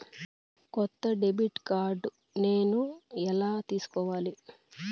కొత్త debit card నేను ఎలా తీసుకోవాలి?